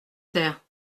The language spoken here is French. terre